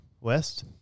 West